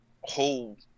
whole